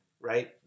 right